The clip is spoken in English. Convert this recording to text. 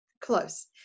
close